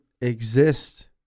exist